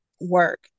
work